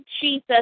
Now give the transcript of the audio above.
Jesus